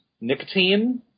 nicotine